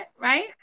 right